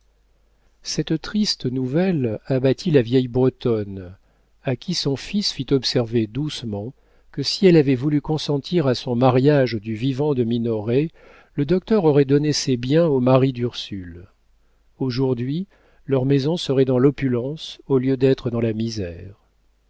cette triste nouvelle abattit la vieille bretonne à qui son fils fit observer doucement que si elle avait voulu consentir à son mariage du vivant de minoret le docteur aurait donné ses biens au mari d'ursule aujourd'hui leur maison serait dans l'opulence au lieu d'être dans la misère